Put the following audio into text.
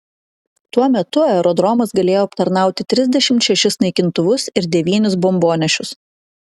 tuo metu aerodromas galėjo aptarnauti trisdešimt šešis naikintuvus ir devynis bombonešius